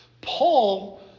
Paul